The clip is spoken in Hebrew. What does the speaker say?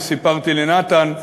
וסיפרתי לנתן,